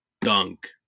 dunk